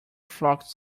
flock